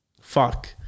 Fuck